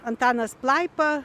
antanas plaipa